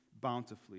bountifully